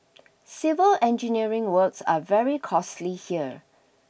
civil engineering works are very costly here